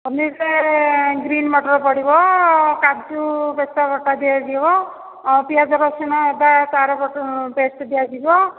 ପନିର୍ଟା green ମଟର ପଡ଼ିବ କାଜୁ ବେସର ବଟା ଦିଆ ଯିବ ଆଉ ପିଆଜ ରସୁଣ ଅଦା ତା'ର ଗୋଟେ ପେଷ୍ଟ୍ ଦିଆଯିବ